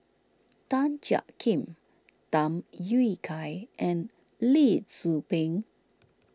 Tan Jiak Kim Tham Yui Kai and Lee Tzu Pheng